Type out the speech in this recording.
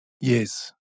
Yes